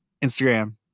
Instagram